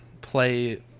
play